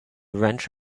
wrench